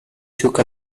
took